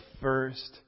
first